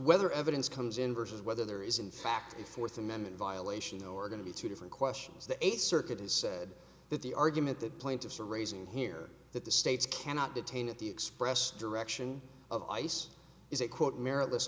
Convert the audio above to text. whether evidence comes in versus whether there is in fact a fourth amendment violation or going to be two different questions the eighth circuit has said that the argument that plaintiffs are raising here that the states cannot detain at the express direction of ice is